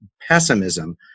pessimism